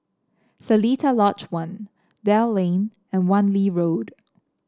Seletar Lodge One Dell Lane and Wan Lee Road